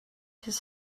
his